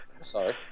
Sorry